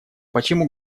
почему